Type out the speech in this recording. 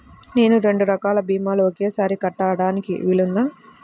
నేను రెండు రకాల భీమాలు ఒకేసారి కట్టడానికి వీలుందా?